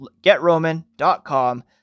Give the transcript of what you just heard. getroman.com